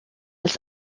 als